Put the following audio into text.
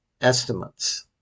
estimates